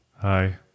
hi